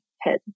head